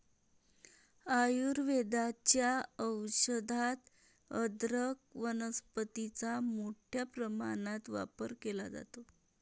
आयुर्वेदाच्या औषधात अदरक वनस्पतीचा मोठ्या प्रमाणात वापर केला जातो